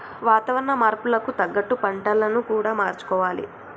వాతావరణ మార్పులకు తగ్గట్టు పంటలను కూడా మార్చుకోవాలి